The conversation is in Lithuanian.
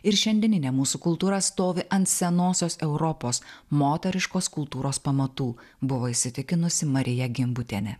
ir šiandieninė mūsų kultūra stovi ant senosios europos moteriškos kultūros pamatų buvo įsitikinusi marija gimbutienė